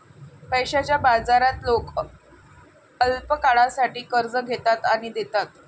पैशाच्या बाजारात लोक अल्पकाळासाठी कर्ज घेतात आणि देतात